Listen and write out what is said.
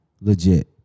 Legit